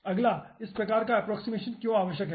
अगला इस प्रकार का अप्प्रोक्सिमेशन क्यों आवश्यक है